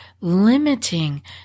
limiting